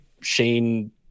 Shane